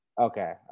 Okay